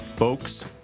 Folks